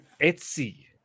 Etsy